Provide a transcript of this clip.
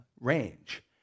range